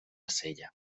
marsella